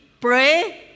pray